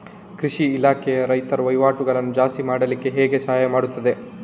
ಕೃಷಿ ಇಲಾಖೆಯು ರೈತರ ವಹಿವಾಟುಗಳನ್ನು ಜಾಸ್ತಿ ಮಾಡ್ಲಿಕ್ಕೆ ಹೇಗೆ ಸಹಾಯ ಮಾಡ್ತದೆ?